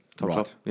Right